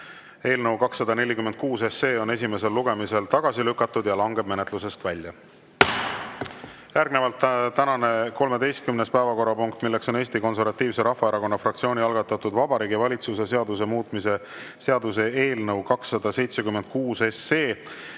Eelnõu 246 on esimesel lugemisel tagasi lükatud ja langeb menetlusest välja. Järgnevalt tänane 13. päevakorrapunkt, milleks on Eesti Konservatiivse Rahvaerakonna fraktsiooni algatatud Vabariigi Valitsuse seaduse muutmise seaduse eelnõu 276.